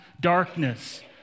darkness